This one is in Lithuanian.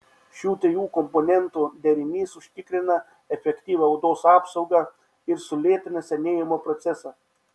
šių trijų komponentų derinys užtikrina efektyvią odos apsaugą ir sulėtina senėjimo procesą